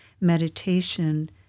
meditation